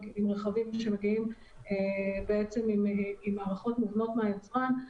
עם רכבים שמגיעים עם מערכות מובנות מהיצרן.